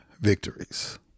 Victories